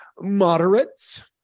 moderates